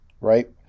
right